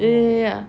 ya ya ya